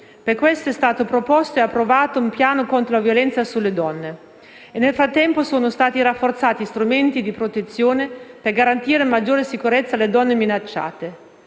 Per questo è stato proposto e approvato un piano contro la violenza sulle donne e nel frattempo sono stati rafforzati gli strumenti di protezione per garantire maggiore sicurezza alle donne minacciate.